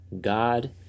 God